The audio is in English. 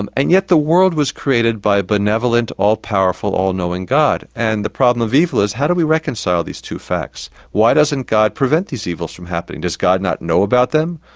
and and yet the world was created by a benevolent, all-powerful, all-knowing god. and the problem of evil is, how do we reconcile these two facts? why doesn't god prevent these evils from happening? does god not know about them?